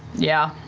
yeah.